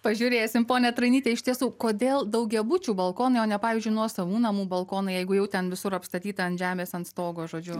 pažiūrėsim pone trainyte iš tiesų kodėl daugiabučių balkonai o ne pavyzdžiui nuosavų namų balkonai jeigu jau ten visur apstatyta ant žemės ant stogo žodžiu